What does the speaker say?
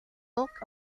bulk